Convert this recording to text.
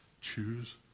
choose